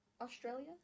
australia